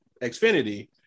Xfinity